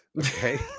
okay